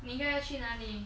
你应该要去哪里